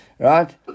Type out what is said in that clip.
Right